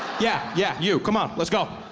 yeah yeah you. come on, let's go.